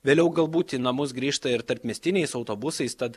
vėliau galbūt į namus grįžta ir tarpmiestiniais autobusais tad